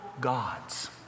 gods